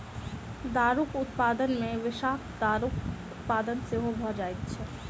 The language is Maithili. दारूक उत्पादन मे विषाक्त दारूक उत्पादन सेहो भ जाइत छै